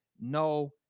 no